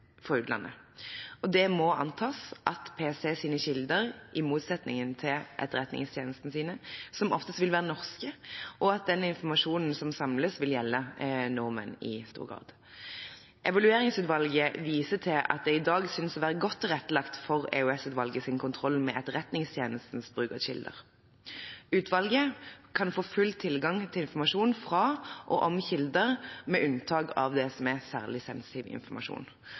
fra utlandet. Det må antas at PSTs kilder, i motsetning til Etterretningstjenestens, som oftest vil være norske, og at den informasjonen som samles inn, vil gjelde nordmenn i stor grad. Evalueringsutvalget viser til at det i dag synes å være godt tilrettelagt for EOS-utvalgets kontroll med Etterretningstjenestens bruk av kilder. Utvalget kan få full tilgang til informasjon fra og om kilder, med unntak av særlig sensitiv informasjon.